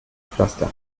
pflaster